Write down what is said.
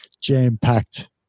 jam-packed